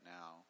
now